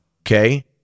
Okay